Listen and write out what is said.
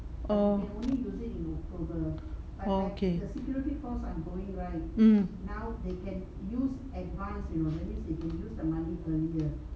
oh orh okay mm